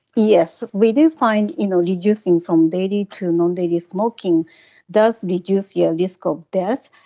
yes, we do find you know reducing from daily to non-daily smoking does reduce your risk of death,